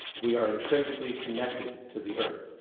we are intrinsically connected to the earth.